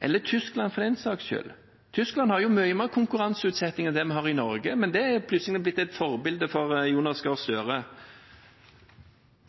eller à la Tyskland for den saks skyld. Tyskland har mye mer konkurranseutsetting enn det vi har i Norge, men det er plutselig blitt et forbilde for Jonas Gahr Støre.